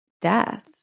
death